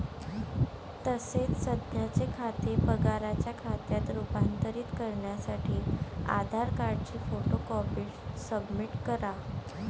तसेच सध्याचे खाते पगाराच्या खात्यात रूपांतरित करण्यासाठी आधार कार्डची फोटो कॉपी सबमिट करा